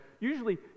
usually